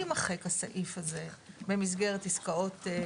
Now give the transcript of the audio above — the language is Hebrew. זרקור ששמנו שם כדי שלא יימחק הסעיף הזה במסגרת עסקאות טיעון,